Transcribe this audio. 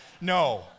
no